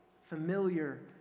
familiar